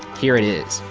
here it is,